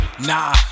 Nah